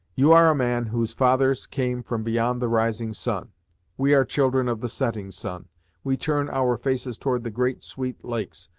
you are a man whose fathers came from beyond the rising sun we are children of the setting sun we turn our faces towards the great sweet lakes,